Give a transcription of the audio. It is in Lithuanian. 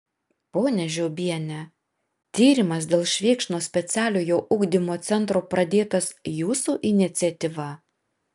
ponia žiobiene tyrimas dėl švėkšnos specialiojo ugdymo centro pradėtas jūsų iniciatyva